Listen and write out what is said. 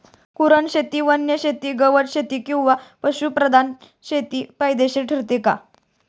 कुरणशेती, वनशेती, गवतशेती किंवा पशुधन प्रधान शेती फायदेशीर ठरते का?